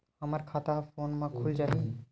हमर खाता ह फोन मा खुल जाही?